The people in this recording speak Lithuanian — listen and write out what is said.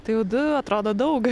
tai jau du atrodo daug